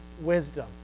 wisdom